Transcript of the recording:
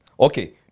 Okay